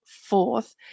fourth